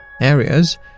Areas